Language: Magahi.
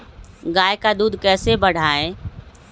गाय का दूध कैसे बढ़ाये?